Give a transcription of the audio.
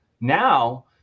Now